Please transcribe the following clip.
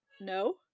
no